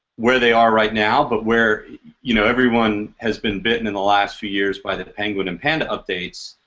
where they are right now, but where you know? everyone has been bitten in the last few years by the penguin and panda updates.